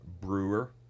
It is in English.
Brewer